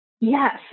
Yes